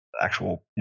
actual